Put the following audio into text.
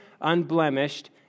unblemished